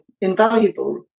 invaluable